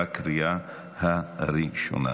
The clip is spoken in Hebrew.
בקריאה הראשונה.